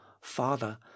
father